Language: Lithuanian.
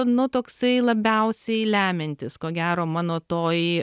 nu toksai labiausiai lemiantis ko gero mano toj